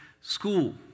school